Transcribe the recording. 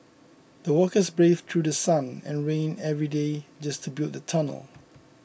the workers braved through sun and rain every day just to build the tunnel